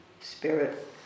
spirit